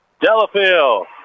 Delafield